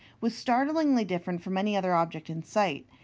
was startlingly different from any other object in sight.